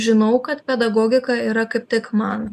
žinau kad pedagogika yra kaip tik man